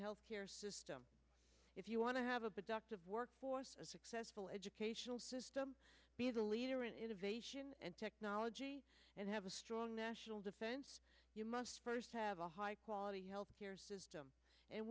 health care system if you want to have a productive workforce a successful educational system be the leader in innovation and technology and have a strong national defense you must first have a high quality health care system and